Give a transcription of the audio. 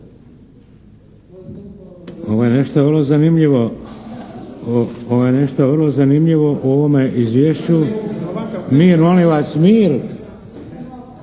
Ovo je nešto vrlo zanimljivo u ovome izvješću. Mir molim vas! Mir!